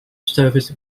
service